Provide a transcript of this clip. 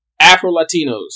Afro-Latinos